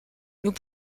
nous